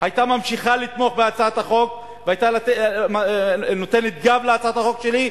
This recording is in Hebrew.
היתה ממשיכה לתמוך בהצעת החוק והיתה נותנת גב להצעת החוק שלי,